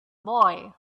boy